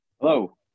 Hello